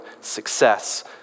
success